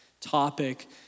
topic